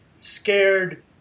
scared